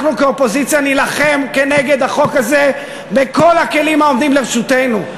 אנחנו כאופוזיציה נילחם כנגד החוק הזה בכל הכלים העומדים לרשותנו.